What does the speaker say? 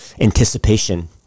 anticipation